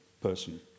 person